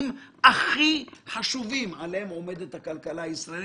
הכי חשובים שעליהם עומדת הכלכלה הישראלית.